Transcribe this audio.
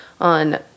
on